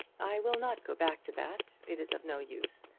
i will not go back to that. it is of no use.